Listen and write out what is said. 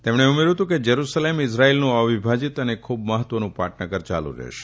તેમણે ઉમેર્યુ હતું કે જેરૂસલેમ ઇઝરાયેલનું અવિભાજીત અને ખુબ મહત્વનું પાટનગર ચાલુ રહેશે